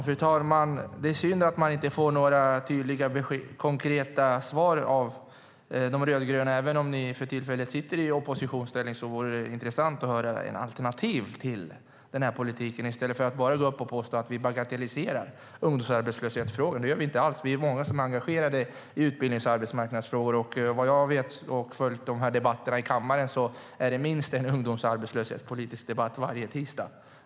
Fru talman! Det är synd att man inte får några tydliga, konkreta svar av de rödgröna. Även om ni för tillfället sitter i oppositionsställning vore det intressant att höra ett alternativ till politiken i stället för att ni bara håller på och påstår att vi bagatelliserar ungdomsarbetslöshetsfrågan. Det gör vi inte alls; vi är många som är engagerade i utbildnings och arbetsmarknadsfrågor. Vad jag vet efter att ha följt debatterna i kammaren är det minst en ungdomsarbetslöshetpolitisk debatt varje tisdag.